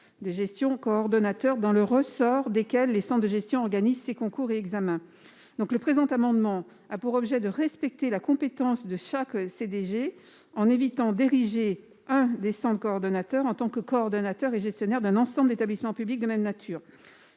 de gestion coordonnateurs dans le ressort desquels les centres de gestion organisent ces concours et examens. Le présent amendement a pour objet de respecter la compétence de chaque CDG en évitant d'ériger l'un des centres coordonnateurs en coordonnateur et gestionnaire d'un ensemble d'établissements publics de même nature,